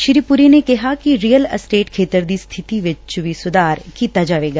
ਸ਼ੀ ਪੁਰੀ ਨੇ ਕਿਹਾ ਕਿ ਰੀਅਲ ਅਸਟੇਟ ਖੇਤਰ ਦੀ ਸਬਿਤੀ ਵਿਚ ਵੀ ਸੁਧਾਰ ਕੀਤਾ ਜਾਵੇਗਾ